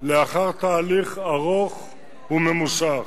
לאחר תהליך ארוך וממושך.